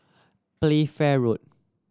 Playfair Road